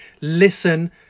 listen